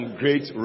great